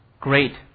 great